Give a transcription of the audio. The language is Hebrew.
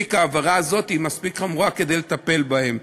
העבירה הזאת מספיק חמורה בשביל לטפל בהם.